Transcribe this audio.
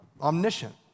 omniscient